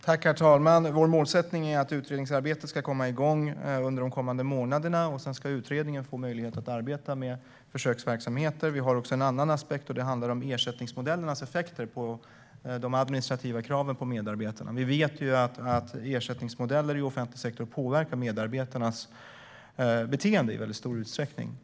Herr talman! Vår målsättning är att utredningsarbetet ska komma igång under de kommande månaderna, och sedan ska utredningen få möjlighet att arbeta med försöksverksamheterna. Det finns också en annan aspekt, nämligen ersättningsmodellernas effekter på de administrativa kraven på medarbetarna. Vi vet att ersättningsmodeller i offentlig sektor i stor utsträckning påverkar medarbetarnas beteende.